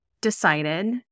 decided